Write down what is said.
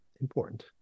important